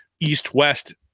east-west